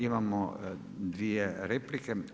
Imamo dvije replike.